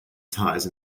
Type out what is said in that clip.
ties